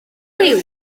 liw